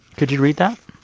could you read that?